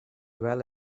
well